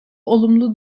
olumlu